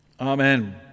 Amen